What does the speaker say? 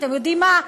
אתם יודעים מה?